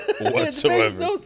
whatsoever